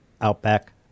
Outback